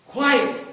Quiet